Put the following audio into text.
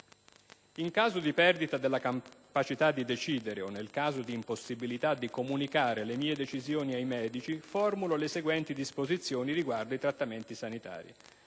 In caso di perdita della capacità di decidere o nel caso di impossibilità di comunicare le mie decisioni ai medici, formulo le seguenti disposizioni riguardo ai trattamenti sanitari,